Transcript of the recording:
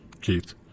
Keith